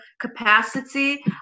capacity